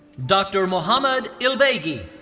dr. mohammad ilbeigi.